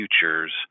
futures